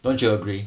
don't you agree